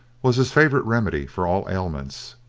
was his favourite remedy for all ailments,